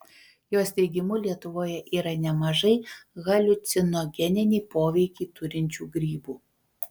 jos teigimu lietuvoje yra nemažai haliucinogeninį poveikį turinčių grybų